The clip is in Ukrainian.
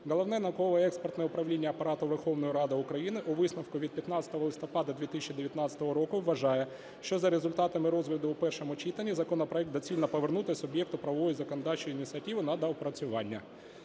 Головне науково-експертне управління Апарату Верховної Ради України у висновку від 15 листопада 2019 року вважає, що за результатами розгляду у першому читанні законопроект доцільно повернути суб'єкту правової законодавчої ініціативи на доопрацювання.